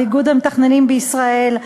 איגוד המתכננים בישראל,